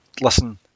listen